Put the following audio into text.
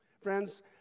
Friends